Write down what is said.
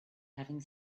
having